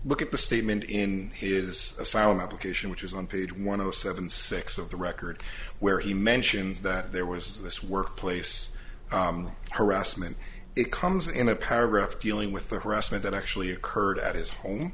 look at the statement in his asylum application which is on page one of the seven six of the record where he mentions that there was this workplace harassment it comes in a paragraph dealing with the harassment that actually occurred at his home